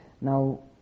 Now